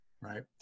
Right